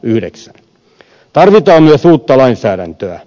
tarvitaan myös uutta lainsäädäntöä